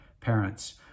parents